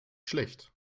schlecht